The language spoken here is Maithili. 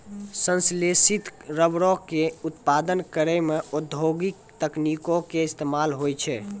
संश्लेषित रबरो के उत्पादन करै मे औद्योगिक तकनीको के इस्तेमाल होय छै